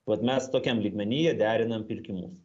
vat mes tokiam lygmeny derinam pirkimus